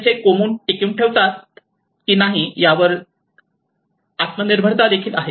त्यांचे कोमुन टिकवून ठेवतात ती नाही यावर आंतर निर्भरता देखील आहे